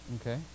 Okay